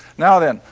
now then,